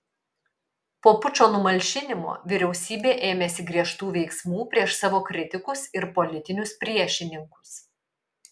po pučo numalšinimo vyriausybė ėmėsi griežtų veiksmų prieš savo kritikus ir politinius priešininkus